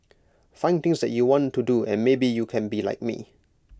find things that you want to do and maybe you can be like me